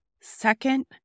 Second